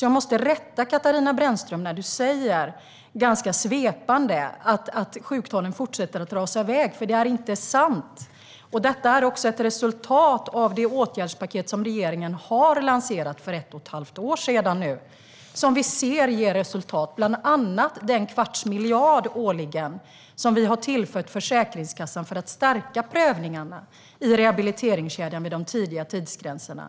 Jag måste alltså rätta dig, Katarina Brännström, när du ganska svepande säger att sjuktalen fortsätter att rasa iväg, för det är inte sant. Detta är också ett resultat av det åtgärdspaket som regeringen lanserade för ett och ett halvt år sedan. Vi ser att det ger resultat, bland annat den kvarts miljard årligen som vi tillför Försäkringskassan för att stärka prövningarna i rehabiliteringskedjan med de tidiga tidsgränserna.